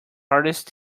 hardest